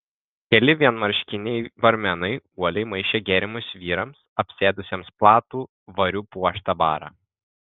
keli vienmarškiniai barmenai uoliai maišė gėrimus vyrams apsėdusiems platų variu puoštą barą